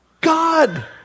God